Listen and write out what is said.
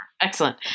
Excellent